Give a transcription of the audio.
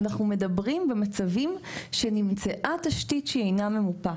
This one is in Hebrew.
אנחנו מדברים על מצבים שבהם נמצאה תשתית שאינה ממופה.